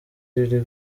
riri